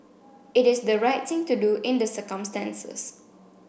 it is the right thing to do in the circumstances